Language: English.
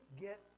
get